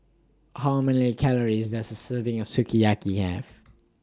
How Many Calories Does A Serving of Sukiyaki Have